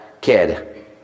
kid